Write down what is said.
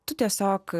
tu tiesiog